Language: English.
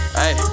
hey